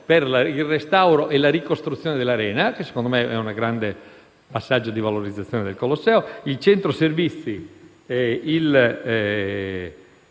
per il restauro e la ricostruzione dell'arena, che secondo me costituisce un grande passaggio di valorizzazione del Colosseo. Quanto al centro servizi, in